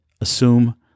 assume